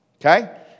okay